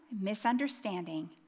misunderstanding